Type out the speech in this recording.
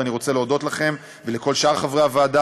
אני רוצה להודות לצוות מאוד מקצועי של משרד התרבות והספורט,